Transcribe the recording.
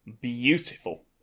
Beautiful